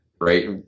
right